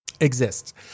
Exists